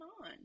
on